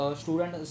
student